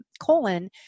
colon